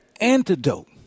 antidote